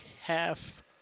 half